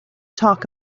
talk